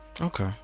okay